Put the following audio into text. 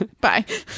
Bye